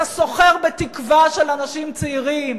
אתה סוחר בתקווה של אנשים צעירים.